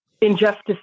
injustice